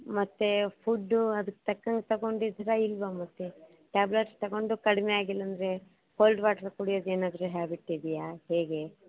ಮತ್ತೆ ಫುಡ್ಡು ಅದಕ್ಕೆ ತಕ್ಕಂಗೆ ತಗೊಂಡಿದ್ದೀರಾ ಇಲ್ವಾ ಮತ್ತೆ ಟ್ಯಾಬ್ಲೆಟ್ಸ್ ತಗೊಂಡು ಕಡಿಮೆ ಆಗಿಲ್ಲ ಅಂದರೆ ಕೋಲ್ಡ್ ವಾಟರ್ ಕುಡಿಯೋದು ಏನಾದರೂ ಹ್ಯಾಬಿಟ್ ಇದೆಯಾ ಹೇಗೆ